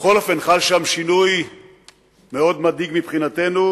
בכל אופן חל שם שינוי מאוד מדאיג מבחינתנו,